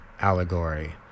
allegory